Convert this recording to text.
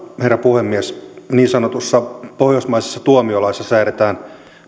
herra puhemies niin sanotussa pohjoismaisessa tuomiolaissa säädetään